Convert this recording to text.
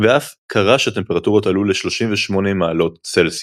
ואף קרה שהטמפרטורות עלו ל-38 מעלות צלזיוס.